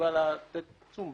סיבה לתת עיצום.